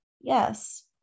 Yes